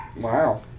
wow